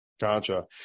Gotcha